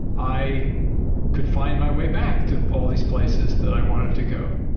i could find my way back to all these places that i wanted to go.